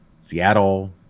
Seattle